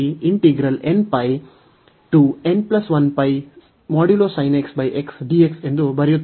ನಾವು ಇದನ್ನು ಎಂದು ಬರೆಯುತ್ತೇವೆ